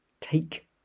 take